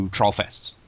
Trollfests